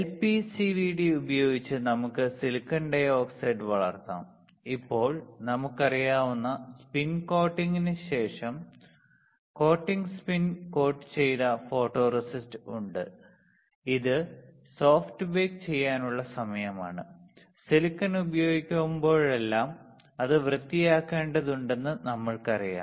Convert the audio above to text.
LPCVD ഉപയോഗിച്ച് നമുക്ക് silicon dioxide വളർത്താം ഇപ്പോൾ നമുക്കറിയാവുന്ന സ്പിൻ കോട്ടിംഗിന് ശേഷം കോട്ടിംഗ് സ്പിൻ കോട്ടുചെയ്ത ഫോട്ടോറെസിസ്റ്റ് ഉണ്ട് ഇത് സോഫ്റ്റ് ബേക്ക് ചെയ്യാനുള്ള സമയമാണ് സിലിക്കൺ ഉപയോഗിക്കുമ്പോഴെല്ലാം അത് വൃത്തിയാക്കേണ്ടതുണ്ടെന്ന് നമുക്കറിയാം